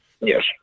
Yes